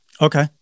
Okay